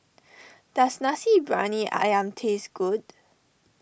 does Nasi Briyani Ayam taste good